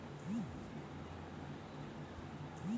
পরকিতির খাবারের বিজগুলানের থ্যাকে যা সহব ফাইবার পাওয়া জায়